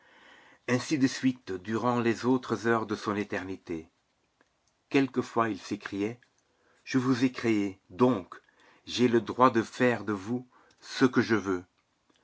ainsi de suite durant les autres heures de son éternité quelquefois il s'écriait je vous ai créés donc j'ai le droit de faire de vous ce que je veux